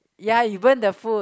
ya you burn the food